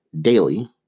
daily